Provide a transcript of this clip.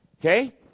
Okay